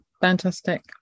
fantastic